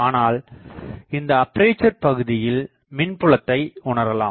ஆனால் இந்த அப்பேசர் பகுதியில் மின்புலத்தை உணரலாம்